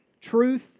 truth